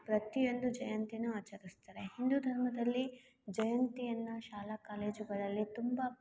ಪ್ರತಿಯೊಂದು ಜಯಂತಿಯನ್ನೂ ಆಚರಿಸ್ತಾರೆ ಹಿಂದೂ ಧರ್ಮದಲ್ಲಿ ಜಯಂತಿಯನ್ನ ಶಾಲಾ ಕಾಲೇಜುಗಳಲ್ಲಿ ತುಂಬ